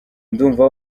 ndumva